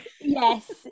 Yes